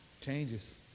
Changes